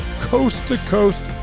coast-to-coast